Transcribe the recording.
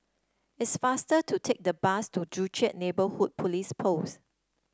it's faster to take the bus to Joo Chiat Neighbourhood Police Post